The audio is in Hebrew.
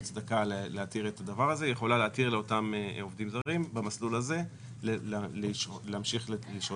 לא עומדים בשאר התנאים שנקבעו בהסדרים האחרים לצורך הכשרת